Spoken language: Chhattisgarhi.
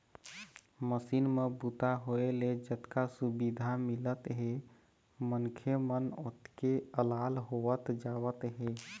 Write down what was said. मसीन म बूता होए ले जतका सुबिधा मिलत हे मनखे मन ओतके अलाल होवत जावत हे